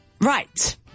Right